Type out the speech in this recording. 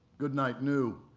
goodnight knew.